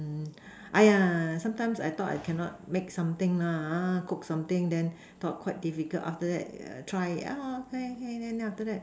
mm !aiya! sometimes I thought I cannot make something ah ha cook something then thought quite difficult after that try ah okay okay then after that